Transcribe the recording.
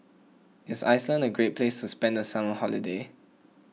is Iceland a great place to spend the summer holiday